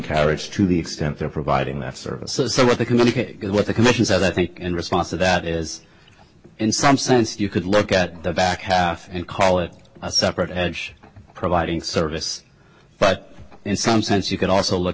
carriage to the extent they're providing that services so what they can get what the conditions i think in response to that is in some sense you could look at the back half and call it a separate edge providing service but in some sense you can also look